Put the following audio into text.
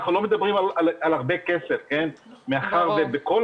אנחנו לא מדברים על הרבה כסף מאחר שבכל